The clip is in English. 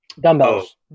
Dumbbells